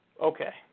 Okay